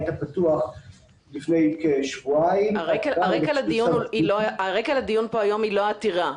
הפתוח לפני כשבועיים --- הרקע לדיון פה היום הוא לא העתירה.